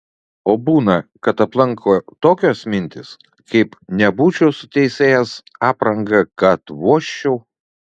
o būna kad aplanko tokios mintys kaip nebūčiau su teisėjos apranga kad vožčiau